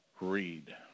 read